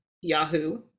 Yahoo